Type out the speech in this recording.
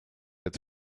its